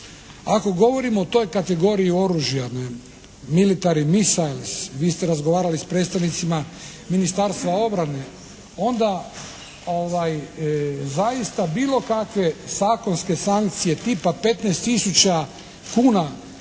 Ako govorimo o toj kategoriji oružja military misails, vi ste razgovarali s predstavnicima Ministarstva obrane onda zaista bilo kakve zakonske sankcije tipa 15 tisuća